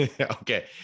Okay